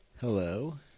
Hello